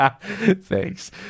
thanks